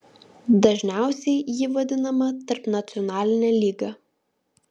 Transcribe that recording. dažniausiai ji vadinama tarpnacionaline lyga